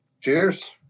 cheers